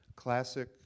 Classic